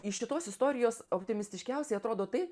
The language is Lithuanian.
iš šitos istorijos optimistiškiausiai atrodo tai